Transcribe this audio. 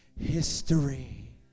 history